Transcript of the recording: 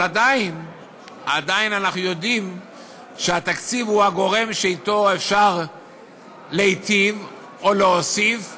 אבל עדיין אנחנו יודעים שהתקציב הוא הגורם שאתו אפשר להיטיב או להוסיף,